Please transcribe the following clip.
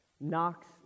knocks